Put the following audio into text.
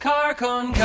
Carcon